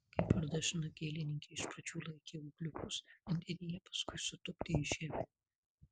kaip ir dažna gėlininkė iš pradžių laikė ūgliukus vandenyje paskui sutupdė į žemę